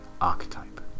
archetype